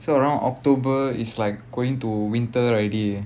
so around october is like going to winter already